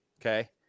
Okay